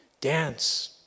Dance